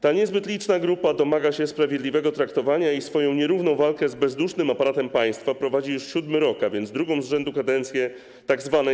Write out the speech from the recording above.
Ta niezbyt liczna grupa domaga się sprawiedliwego traktowania i swoją nierówną walkę z bezdusznym aparatem państwa prowadzi już siódmy rok, a więc drugą z rzędu kadencję tzw.